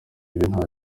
nta